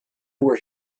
were